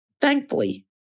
Thankfully